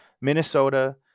Minnesota